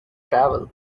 travel